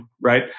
right